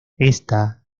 esta